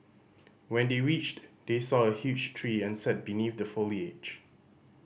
when they reached they saw a huge tree and sat beneath the foliage